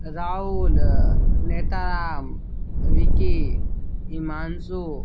राहुल नेता राम विक्की हिमांशु